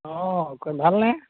অ ভালনে